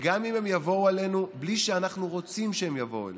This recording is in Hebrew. וגם אם הן יבואו אלינו בלי שאנחנו רוצים שהן יבואו אלינו,